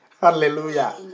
Hallelujah